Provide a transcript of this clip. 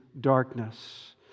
darkness